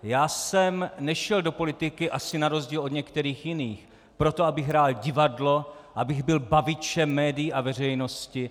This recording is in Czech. Já jsem nešel do politiky asi na rozdíl od některých jiných proto, abych hrál divadlo, abych byl bavičem médií a veřejnosti.